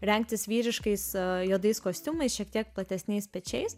rengtis vyriškais juodais kostiumais šiek tiek platesniais pečiais